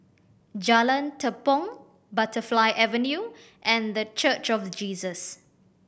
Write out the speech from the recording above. Jalan Tepong Butterfly Avenue and The Church of Jesus